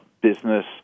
business